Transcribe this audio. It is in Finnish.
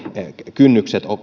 kynnykset